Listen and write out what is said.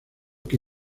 que